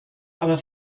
aber